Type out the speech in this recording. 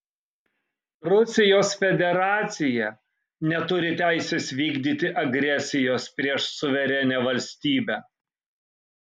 rusijos federacija neturi teisės vykdyti agresijos prieš suverenią valstybę